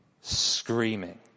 screaming